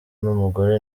n’umugore